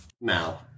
now